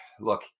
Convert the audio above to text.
look